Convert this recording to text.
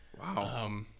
Wow